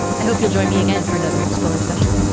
i hope you'll join me again for another spolar specials.